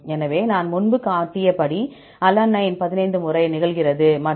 எனவே நான் முன்பு காட்டியபடி அலனைன் 15 முறை நிகழ்கிறது மற்றும் கலவை 10